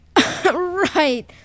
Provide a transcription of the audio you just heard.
Right